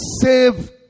save